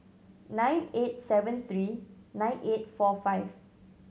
nine eight seven three nine eight four five